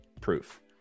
proof